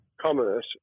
commerce